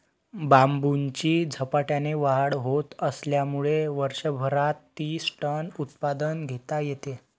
बांबूची झपाट्याने वाढ होत असल्यामुळे वर्षभरात तीस टन उत्पादन घेता येते